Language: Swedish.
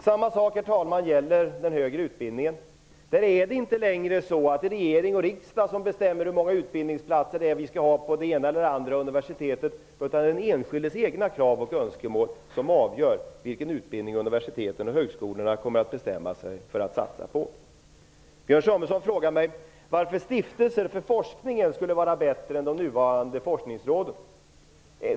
Samma sak, herr talman, gäller den högre utbildningen. Det är inte längre regeringen och riksdagen som bestämmer hur många utbildningsplatser som skall finnas på det ena eller andra universitetet. Det är den enskildes egna krav och önskemål som avgör vilken utbildning universiteten och högskolorna kommer att bestämma sig för att satsa på. Björn Samuelson frågar mig varför stiftelser för forskningen skulle vara bättre än de nuvarande forskningsråden.